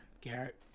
garrett